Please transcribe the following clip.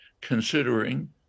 considering